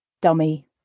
dummy